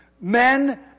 Men